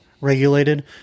regulated